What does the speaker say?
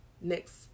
Next